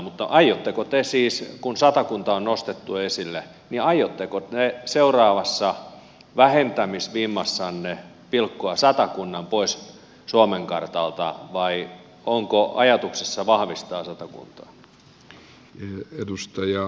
mutta aiotteko te siis kun satakunta on nostettu esille seuraavassa vähentämisvimmassanne pilkkoa satakunnan pois suomen kartalta vai onko ajatuksissa vahvistaa satakuntaa